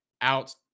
out